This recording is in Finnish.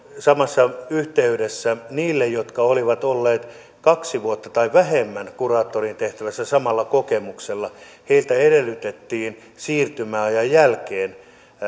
samassa yhteydessä heiltä jotka olivat olleet kaksi vuotta tai vähemmän kuraattorin tehtävässä samalla kokemuksella edellytettiin siirtymäajan jälkeen